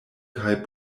kaj